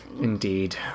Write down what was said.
Indeed